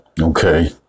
okay